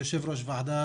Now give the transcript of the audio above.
מועדי.